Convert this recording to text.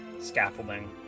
scaffolding